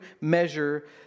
measure